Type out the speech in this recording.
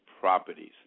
properties